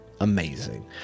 amazing